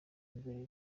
imbere